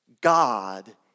God